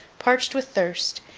parched with thirst,